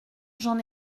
j’en